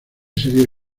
seria